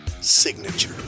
signature